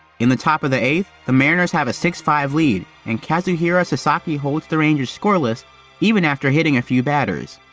in the top of the eighth, the mariners have a six five lead and kazuhiro sasaki holds the rangers scoreless even after hitting a few batters.